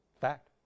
Fact